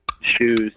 Shoes